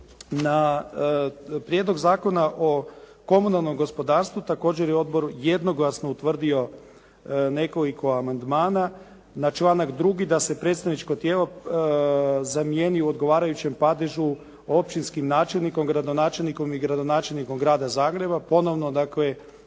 Na Prijedlog zakona o komunalnom gospodarstvu također je odbor jednoglasno utvrdio nekoliko amandmana. Na članak 2. da se predstavničko tijelo zamijeni u odgovarajućem padežu općinskim načelnikom, gradonačelnikom i gradonačelnikom grada Zagreba. Ponovo dakle